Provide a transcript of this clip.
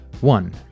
one